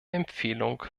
empfehlung